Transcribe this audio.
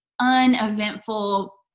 uneventful